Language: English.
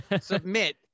submit